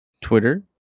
Twitter